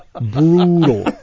Brutal